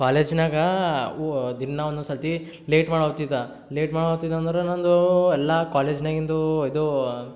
ಕಾಲೇಜ್ನಾಗ ಓ ದಿನಾ ಒಂದೊಂದು ಸರ್ತಿ ಲೇಟ್ ಮಾಡಿ ಹೋತಿದ್ದ ಲೇಟ್ ಮಾಡಿ ಹೋತಿದ್ ಅಂದ್ರೆ ನಂದು ಎಲ್ಲ ಕಾಲೇಜ್ನಾಗಿಂದು ಇದು